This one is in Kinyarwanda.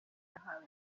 yahawe